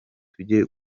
tujye